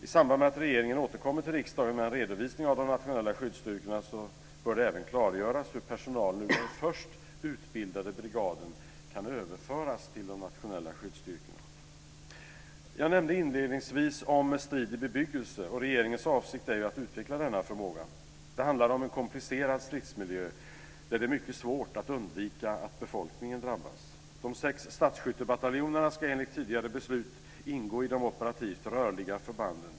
I samband med att regeringen återkommer till riksdagen med en redovisning av de nationella skyddsstyrkorna bör det även klargöras hur personalen ur den först utbildade brigaden kan överföras till de nationella skyddsstyrkorna. Jag nämnde inledningsvis om strid i bebyggelse, och regeringens avsikt är ju att utveckla denna förmåga. Det handlar om en komplicerad stridsmiljö där det är mycket svårt att undvika att befolkningen drabbas. De sex stadsskyttebataljonerna ska enligt tidigare beslut ingå i de operativt rörliga förbanden.